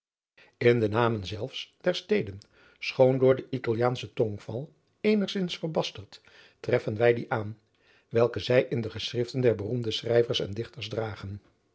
in de namen zelfs der steden schoon door den italiaanschen tongval eenigzins verbasterd treffen wij die aan welke zij in de geschriften der beroemde schrijvers en dichters dragen